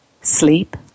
sleep